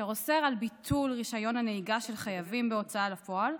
אשר אוסר על ביטול רישיון הנהיגה של חייבים בהוצאה לפועל.